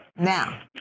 now